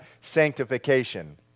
sanctification